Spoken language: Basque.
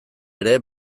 ere